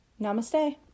Namaste